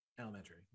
elementary